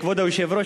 כבוד היושב-ראש,